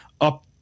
up